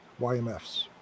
YMFs